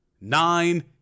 Nine